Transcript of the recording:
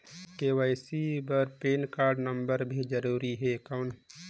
KYC बर PAN card number भी जरूरी हे कौन?